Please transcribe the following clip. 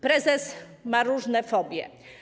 Prezes ma różne fobie.